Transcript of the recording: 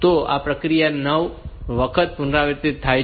તો આ પ્રક્રિયા 9 વખત પુનરાવર્તિત થાય છે